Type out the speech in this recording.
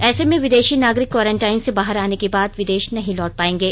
ऐसे में विदेषी नागरिक क्वारेंटाइन से बाहर आने के बाद विदेष नहीं लौट पाएंगे